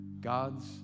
God's